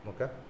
okay